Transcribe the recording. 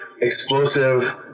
explosive